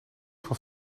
van